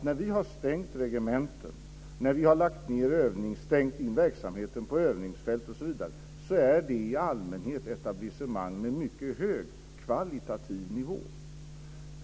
När vi har lagt ned regementen och lagt ned verksamhet på övningsfält har det i allmänhet varit etablissemang med en mycket hög kvalitativ nivå.